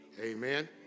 Amen